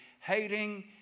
Hating